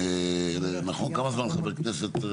כמה זמן חבר כנסת?